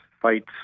fights